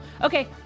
Okay